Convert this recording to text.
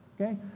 Okay